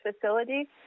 facility